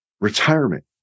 retirement